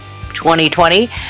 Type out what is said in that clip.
2020